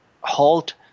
halt